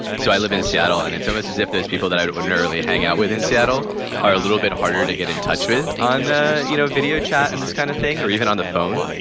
so i live in seattle and it's almost as if there's people that i would ordinarily hang out with in seattle are a little bit harder to get in touch with on, ah you know, video chat and this kind of thing or even on the phone.